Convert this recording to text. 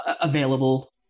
available